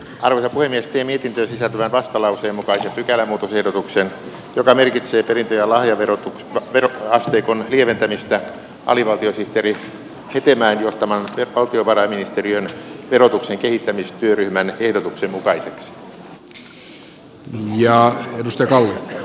alho jätti mietintöön sisältyvän vastalauseen mukaisen pykälämuutosehdotuksen joka merkitsee perintö ja lahjaveroasteikon lieventämistä alivaltiosihteeri hetemäen johtaman valtiovarainministeriön verotuksen kehittämistyöryhmän ehdotuksen mukaiseksi